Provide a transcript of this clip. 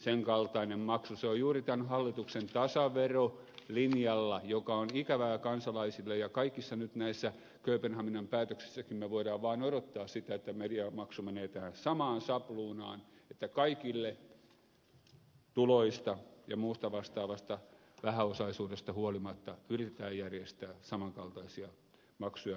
se on juuri tämän hallituksen tasaverolinjalla joka on ikävää kansalaisille ja kaikissa nyt näissä kööpenhaminan päätöksissäkin me voimme vain odottaa sitä että mediamaksu menee tähän samaan sapluunaan että kaikille tuloista ja muusta vastaavasta vähäosaisuudesta huolimatta yritetään järjestää saman kaltaisia maksuja niskaan